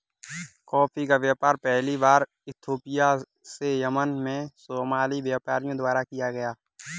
coffee का व्यापार पहली बार इथोपिया से यमन में सोमाली व्यापारियों द्वारा किया गया